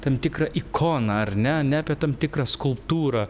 tam tikrą ikoną ar ne ne apie tam tikrą skulptūrą